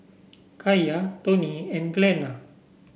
Kaia Toni and Glenna